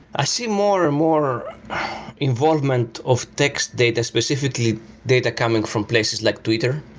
i see more and more involvement of text data, specifically data coming from places like twitter,